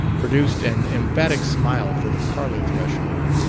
produced an emphatic smile for the parlor threshold,